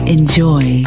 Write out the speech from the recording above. Enjoy